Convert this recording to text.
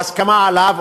או הסכמה עליו,